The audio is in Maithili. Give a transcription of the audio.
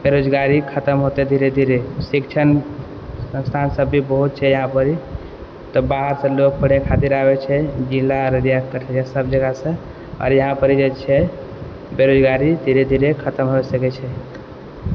बेरोजगारी खतम होतै धीरे धीरे शिक्षण संस्था सब भी बहुत छै यहाँपर तऽ बाहरसँ लोग पढै खातिर आबै छै जिला अररिया सब जगहसँ आओर यहाँपर जे छै बेरोजगारी धीरे धीरे खतम हो सकै छै